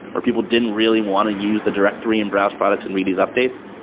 or people didn't really want to use the directory and browse products and read these updates.